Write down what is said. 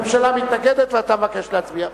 הממשלה מתנגדת ואתה מבקש להצביע.